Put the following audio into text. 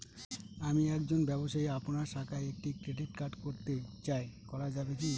আমি একজন ব্যবসায়ী আপনার শাখায় একটি ক্রেডিট কার্ড করতে চাই করা যাবে কি?